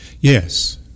Yes